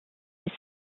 bis